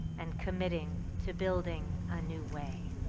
and committing to building a new way.